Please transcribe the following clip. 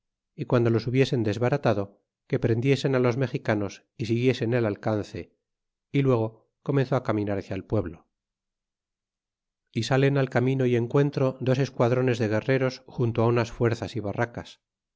y guando los hubiesen desbaratado que prendiesen los mexicanos y siguiesen el alcance y luego comenzó caminar bátela el pueblo y salen al camino y encuentro dos esquadrones de guerreros junto unas fuerzas y barrancas